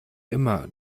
immer